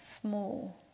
small